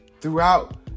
throughout